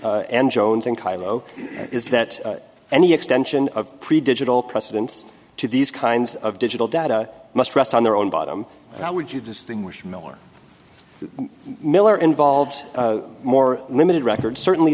cairo is that any extension of pre digital precedents to these kinds of digital data must rest on their own bottom how would you distinguish miller miller involves more limited records certainly